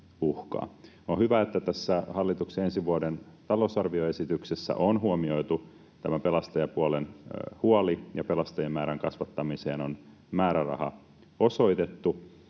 On hyvä, että tässä hallituksen ensi vuoden talousarvioesityksessä on huomioitu tämä pelastajapuolen huoli ja pelastajien määrän kasvattamiseen on määräraha osoitettu.